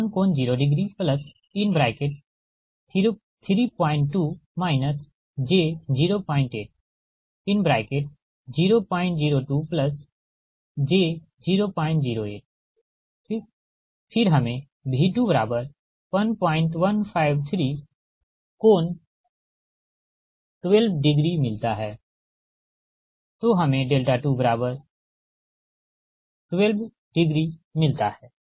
इसी तरह V2VrI2Z21∠032 j08002j008 ठीक फिर हमें V21153∠12 मिलता है तो हमे 212मिलते है